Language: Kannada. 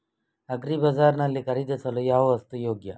ಅಗ್ರಿ ಬಜಾರ್ ನಲ್ಲಿ ಖರೀದಿಸಲು ಯಾವ ವಸ್ತು ಯೋಗ್ಯ?